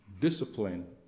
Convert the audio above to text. discipline